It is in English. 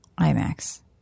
IMAX